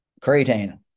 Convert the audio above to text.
creatine